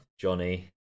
Johnny